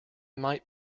might